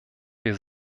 wir